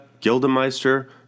Gildemeister